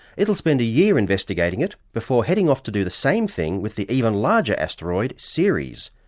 it'll spend a year investigating it before heading off to do the same thing with the even larger asteroid ceres,